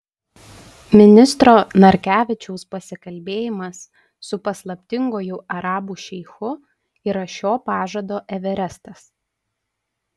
ministro narkevičiaus pasikalbėjimas su paslaptinguoju arabų šeichu yra šio pažado everestas